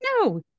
No